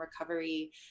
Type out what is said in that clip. recovery